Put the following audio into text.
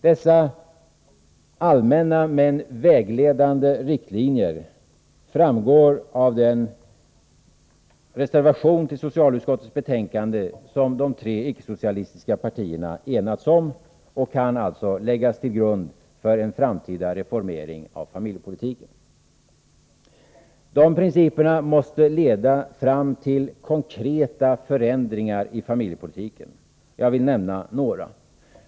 Dessa allmänna men vägledande riktlinjer framgår av den reservation till socialutskottets betänkande som de tre icke-socialistiska partierna enats om och kan alltså läggas till grund för en framtida reformering av familjepolitiken. Dessa principer måste leda fram till konkreta förändringar i familjepolitiken. Jag vill nämna några.